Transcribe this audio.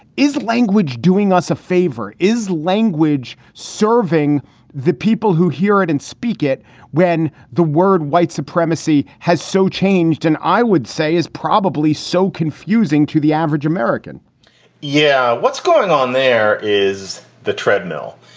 is language doing us a favor? is language serving the people who hear it and speak it when the word white supremacy has so changed and i would say is probably so confusing to the average american yeah. what's going on there is the treadmill.